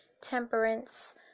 temperance